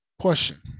Question